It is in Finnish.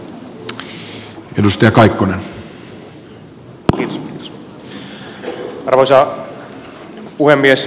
arvoisa puhemies